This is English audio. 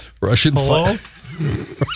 Russian